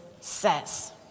says